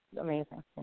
Amazing